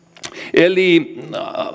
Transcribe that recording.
eli